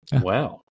Wow